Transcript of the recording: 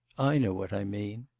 i know what i mean.